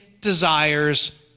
desires